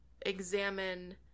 examine